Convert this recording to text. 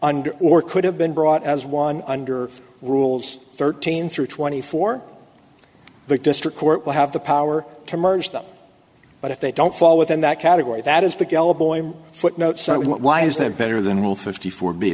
under or could have been brought as one under the rules thirteen through twenty four the district court will have the power to merge them but if they don't fall within that category that is the gullible footnote so why is that better than rule fifty four b